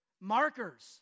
Markers